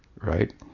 right